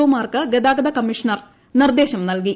O മാർക്ക് ഗതാഗത കമ്മീഷണർ നിർദ്ദേശം നൽകി